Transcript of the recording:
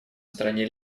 стороне